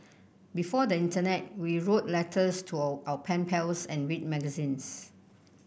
before the internet we wrote letters to our pen pals and read magazines